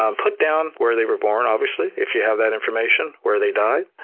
um put down where they were born, obviously, if you have that information, where they died.